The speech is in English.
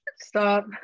Stop